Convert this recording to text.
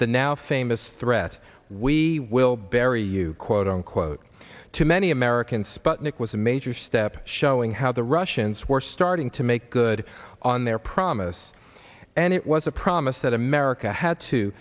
the now famous threat we will bury you quote unquote to many americans sputnik was a major step showing how the russians were starting to make good on their promise and it was a promise that america had to